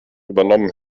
übernommen